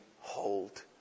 hold